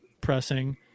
pressing –